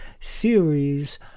Series